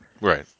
Right